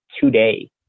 today